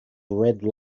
red